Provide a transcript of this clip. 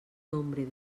nombre